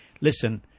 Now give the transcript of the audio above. listen